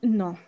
no